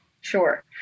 sure